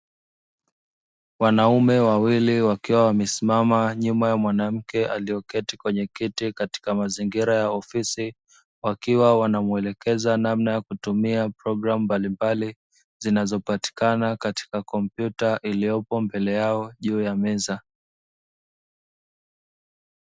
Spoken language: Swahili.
Wanaume wawili wakiwa wamesimama nyuma ya mwanamke aliyeketi kwenye kiti katika mazingira ya ofisi. Wakiwa wanamuelekeza namna ya kutumia program mbalimbali zinazopatikana katika kompyuta iliyopo mbele yao juu ya meza.